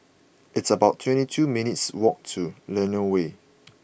it's about twenty two minutes' walk to Lentor Way